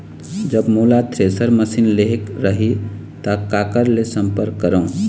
जब मोला thresher machine लेहेक रही ता काकर ले संपर्क करों?